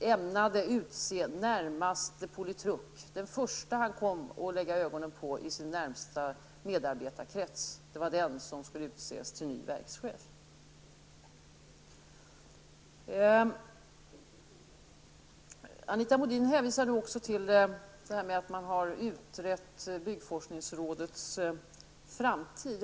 ämnade där utse närmaste politruk, den första han kom att lägga ögonen på i sin närmsta medarbetarkrets var den som skulle utses till ny verkschef. Anita Modin hänvisar också till detta att man har utrett byggforskningsrådets framtid.